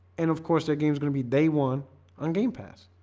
and of course their games gonna be day one on game pass